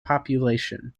population